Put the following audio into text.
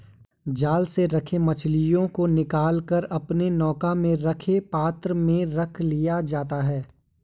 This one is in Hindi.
जाल से मछलियों को निकाल कर अपने नौका में रखे पात्र में रख लिया जाता है